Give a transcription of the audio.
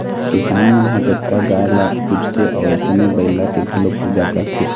किसान मन ह जतका गाय ल पूजथे वइसने बइला के घलोक पूजा करथे